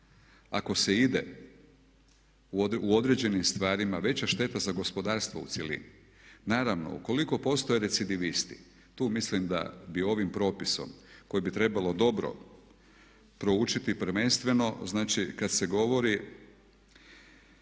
ako se ide u određenim stvarima, veća šteta za gospodarstvo u cjelini. Naravno ukoliko postoje adecidevisti, tu mislim da bi ovim propisom koji bi trebalo dobro proučiti, prvenstveno znači kad se govori